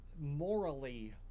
morally